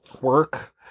work